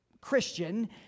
Christian